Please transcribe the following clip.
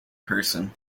person